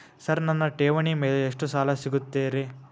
Sir ನನ್ನ ಠೇವಣಿ ಮೇಲೆ ಎಷ್ಟು ಸಾಲ ಸಿಗುತ್ತೆ ರೇ?